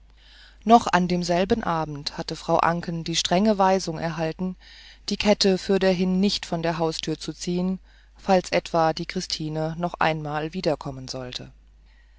noch an demselben abend hatte frau anken die strenge weisung erhalten die kette fürderhin nicht von der haustür zu ziehen falls etwa die christine noch einmal wiederkommen sollte